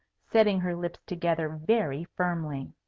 setting her lips together very firmly.